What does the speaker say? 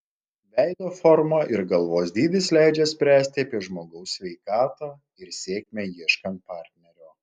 veido forma ir galvos dydis leidžia spręsti apie žmogaus sveikatą ir sėkmę ieškant partnerio